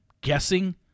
guessing